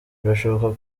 birashoboka